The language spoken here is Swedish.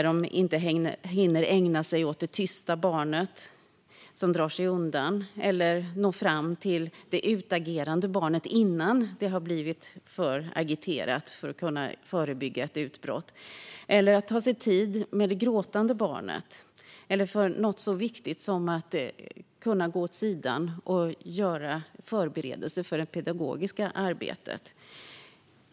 De hinner inte ägna sig åt det tysta barnet som drar sig undan eller nå fram till det utagerande barnet innan det har blivit för agiterat för att man ska kunna förebygga ett utbrott, eller att ta sig tid med det gråtande barnet, eller för något så viktigt som att gå åt sidan och förbereda det pedagogiska arbetet.